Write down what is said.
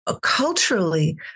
culturally